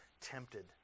tempted